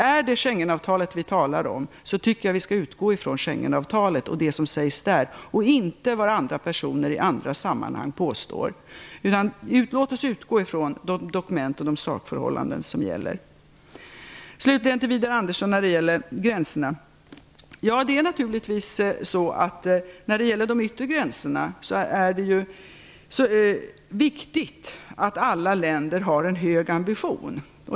Är det Schengenavtalet som vi talar om, tycker jag att vi skall utgå från det och vad som sägs där och inte vad andra personer i andra sammanhang påstår. Låt oss utgå ifrån de sakförhållanden och de dokument som gäller. Slutligen vill jag säga till Widar Andersson att när det gäller de yttre gränserna är det ju viktigt att alla länder har en hög ambition.